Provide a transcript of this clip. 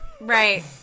right